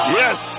yes